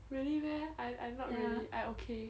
really meh I I'm not really I'm okay